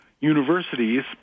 Universities